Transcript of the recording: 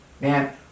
man